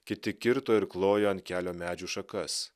kiti kirto ir klojo ant kelio medžių šakas